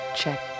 check